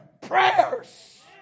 prayers